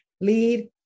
lead